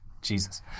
Jesus